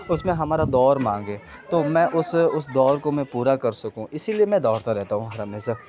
اس میں ہمارا دور مانگے تو میں اس اس دور کو میں پورا کر سکوں اسی لیے میں دوڑتا رہتا ہوں ہر ہمیشہ